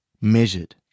measured